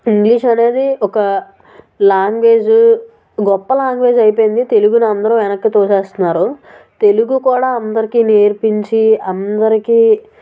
English అనేది ఒక language గొప్ప లాంగ్వేజ్ అయిపోయింది తెలుగుని అందరూ వెనక్కి తోసేస్తున్నారు తెలుగు కూడా అందరికి నేర్పించి అందరికి